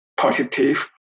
positive